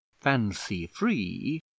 fancy-free